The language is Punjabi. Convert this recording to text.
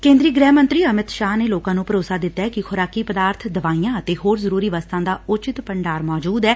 ਕੇਂਦਰੀ ਗ੍ਰਹਿ ਮੰਤਰੀ ਅਮਿਤ ਸ਼ਾਹ ਨੇ ਲੋਕਾਂ ਨੂੰ ਭਰੋਸਾ ਦਿੱਤੈ ਕਿ ਖੁਰਾਕੀ ਪਦਾਰਬ ਦਵਾਈਆਂ ਅਤੇ ਹੋਰ ਜ਼ਰਰੀ ਵਸਤਾਂ ਦਾ ਉਚਿਤ ਭੰਡਾਰ ਮੌਜੁਦ ਐ